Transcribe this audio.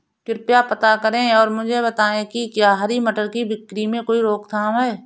कृपया पता करें और मुझे बताएं कि क्या हरी मटर की बिक्री में कोई रोकथाम है?